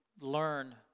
learn